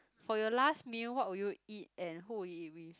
for your last meal what would you eat and who would you eat with